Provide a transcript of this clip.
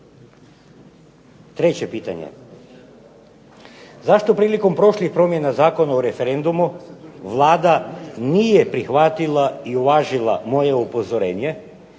Treće pitanje. Zašto prilikom prošlih promjena Zakona o referendumu Vlada nije prihvatila i uvažila moje upozorenje